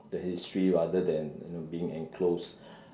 the history rather than you know being enclosed